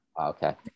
Okay